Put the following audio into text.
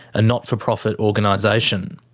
a not-for-profit organisation.